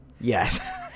Yes